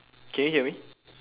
can you hear me